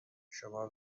شما